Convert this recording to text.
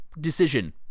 decision